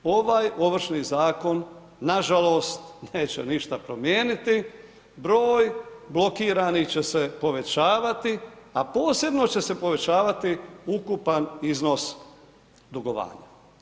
Ovaj Ovršni zakon nažalost neće ništa promijeniti, broj blokiranih će se povećavati, a posebno će se povećavati ukupan iznos dugovanja.